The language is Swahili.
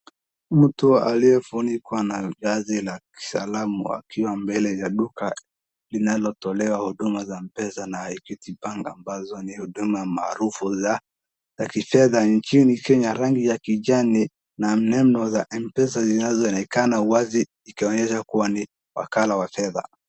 Mtu aliyefunikwa na ngazi la kisalamu akiwa mbele ya duka linalotolewa huduma za Mpesa na Equity Bank ambazo ni huduma maarufu za za kifedha nchini Kenya. Rangi ya kijani na neno za Mpesa zinazoonekana wazi ikionyesha kuwa ni wakala wa fedha.